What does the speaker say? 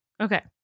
Okay